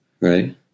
right